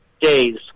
days